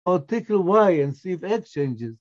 or tickle Y and see if X changes.